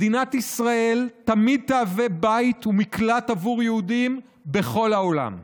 מדינת ישראל תמיד תהווה בית ומקלט עבור יהודים בכל העולם,